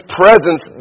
presence